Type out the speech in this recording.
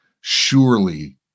Surely